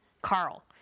Carl